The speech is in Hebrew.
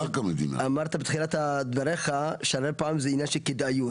אמרת בתחילת דבריך שלא פעם זה עניין של כדאיות.